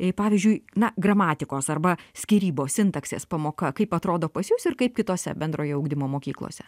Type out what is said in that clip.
jei pavyzdžiui na gramatikos arba skyrybos sintaksės pamoka kaip atrodo pas jus ir kaip kitose bendrojo ugdymo mokyklose